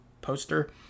poster